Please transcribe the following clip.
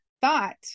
thought